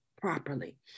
properly